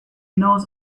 knows